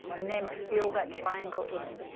and then feel that triangle in